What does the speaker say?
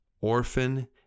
orphan